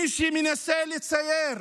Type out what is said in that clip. מי שמנסה לצייר